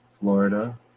Florida